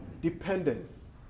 Dependence